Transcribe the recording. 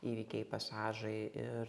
įvykiai pasažai ir